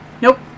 Nope